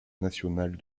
national